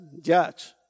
judge